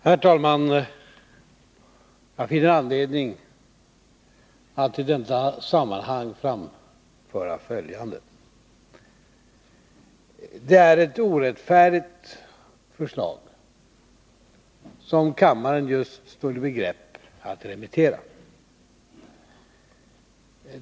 Herr talman! Jag finner anledning att i detta sammanhang framföra följande. Det är ett orättfärdigt förslag som kammaren just står i begrepp att remittera.